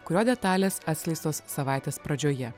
kurio detalės atskleistos savaitės pradžioje